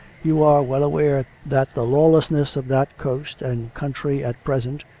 you are well aware that the lawlessness of that coast and country at present,